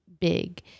big